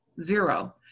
zero